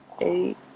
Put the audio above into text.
eight